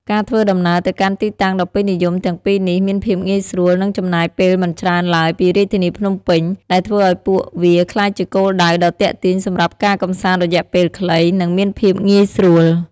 ការធ្វើដំណើរទៅកាន់ទីតាំងដ៏ពេញនិយមទាំងពីរនេះមានភាពងាយស្រួលនិងចំណាយពេលមិនច្រើនឡើយពីរាជធានីភ្នំពេញ ដែលធ្វើឲ្យពួកវាក្លាយជាគោលដៅដ៏ទាក់ទាញសម្រាប់ការកម្សាន្តរយៈពេលខ្លីនិងមានភាពងាយស្រួល។